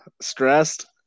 stressed